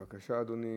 בבקשה, אדוני.